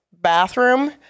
bathroom